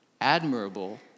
admirable